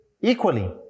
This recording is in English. equally